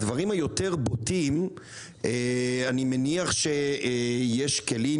הדברים היותר בוטים אני מניח שיש כלים,